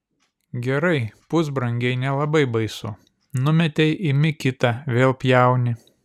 gerai pusbrangiai nelabai baisu numetei imi kitą vėl pjauni